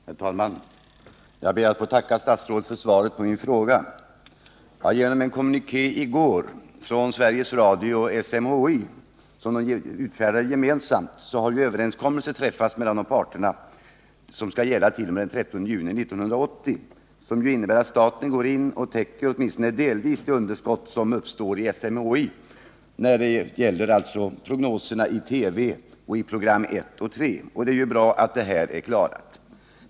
Herr talman! Jag ber att få tacka statsrådet för svaret på min fråga. Genom en av Sveriges Radio och SMHI gemensamt utfärdad kommuniké meddelades i går att en överenskommelse mellan parterna har träffats som skall gälla t.o.m. den 30 juni 1980. Det innebär att staten går in och åtminstone delvis täcker det underskott som uppstår för SMHI när det gäller prognoserna i TV och radions program 1 och 3. Det är bra att detta är uppklarat.